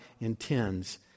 intends